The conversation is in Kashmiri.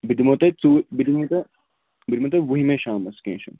بہٕ دِمو تۄہہِ ژوٗ بہٕ دِمو تۄہہِ بہٕ دِمو تۄہہِ وُہِمہِ شامَس کیٚنٛہہ چھُنہٕ